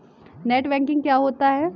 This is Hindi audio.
नेट बैंकिंग क्या होता है?